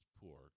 poor